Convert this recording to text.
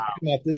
wow